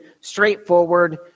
straightforward